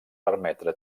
permetre